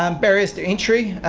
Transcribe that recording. um barriers to entry